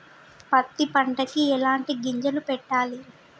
పత్తి పంటకి ఎలాంటి గింజలు పెట్టాలి?